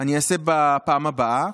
אני אעשה בפעם הבאה.